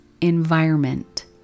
environment